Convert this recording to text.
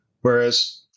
whereas